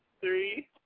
three